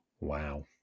Wow